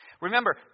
Remember